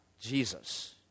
Jesus